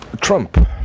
Trump